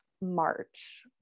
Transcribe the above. March